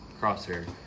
crosshair